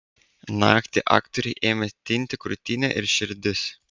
naktį aktoriui ėmė tinti krūtinė ir širdis